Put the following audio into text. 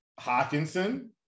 Hawkinson